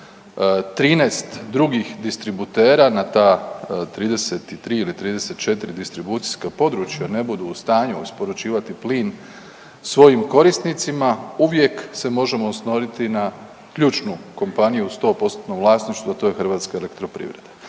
13 drugih distributera na ta 33 ili 34 distribucijska područja ne budu u stanju isporučivati plin svojim korisnicima uvijek se možemo osloniti na ključnu kompaniju u 100%-tnom vlasništvu, a to je HEP i tu ona